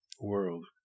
world